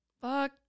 Fuck